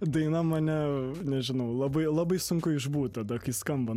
daina mane nežinau labai labai sunku išbūt tada kai skamba